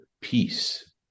peace